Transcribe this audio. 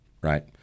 right